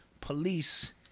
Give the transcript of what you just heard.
police